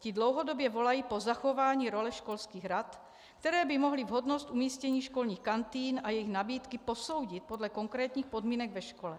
Ti dlouhodobě volají po zachování role školských rad, které by mohly vhodnost umístění školních kantýn a jejich nabídky posoudit podle konkrétních podmínek ve škole.